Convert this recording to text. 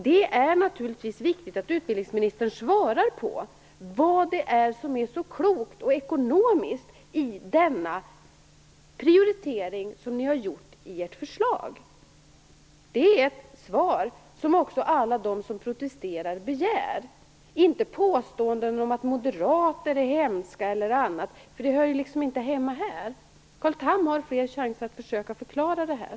Det är naturligtvis viktigt att utbildningsministern talar om vad det är som är så klokt och ekonomiskt i denna prioritering som ni har gjort i ert förslag. Det är ett svar som också alla de som protesterar begär - inte påståenden om att moderater är hemska, för det hör ju liksom inte hemma här. Carl Tham har fler chanser att i debatten försöka förklara det här.